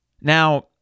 Now